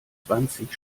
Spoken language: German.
zwanzig